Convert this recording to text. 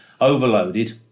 overloaded